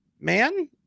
man